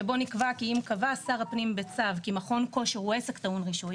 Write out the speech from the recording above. שבו נקבע כי אם קבע שר הפנים בצו כי מכון כושר הוא עסק טעון רישוי.